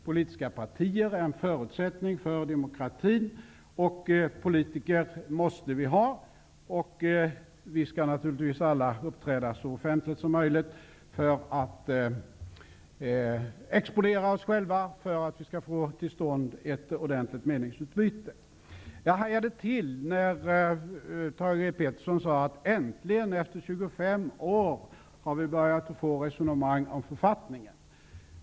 Politiska partier är en förutsättning för demokratin, och politiker måste vi ha. Vi skall naturligtvis alla uppträda så offentligt som möjligt för att exponera oss själva för att få till stånd ett ordentligt meningsutbyte. Jag hajade till när Thage G Peterson sade: Äntligen efter 25 år har vi börjat få resonemang om författningen.